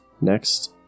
Next